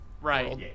right